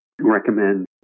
recommend